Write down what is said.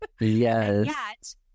Yes